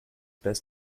best